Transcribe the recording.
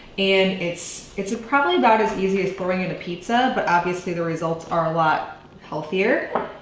and it's, it's a probably about as easy as throwing in a pizza but obviously the results are a lot healthier.